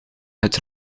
het